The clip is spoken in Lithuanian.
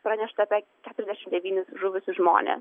pranešta apie keturiasdešim devynis žuvusius žmones